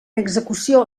execució